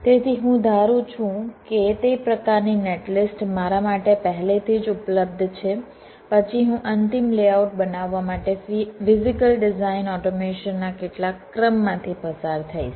તેથી હું ધારું છું કે તે પ્રકારની નેટલિસ્ટ મારા માટે પહેલેથી જ ઉપલબ્ધ છે પછી હું અંતિમ લેઆઉટ બનાવવા માટે ફિઝીકલ ડિઝાઇન ઓટોમેશનના કેટલાક ક્રમમાંથી પસાર થઈશ